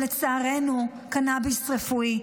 לצערנו, הוא קנביס רפואי.